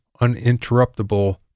uninterruptible